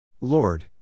Lord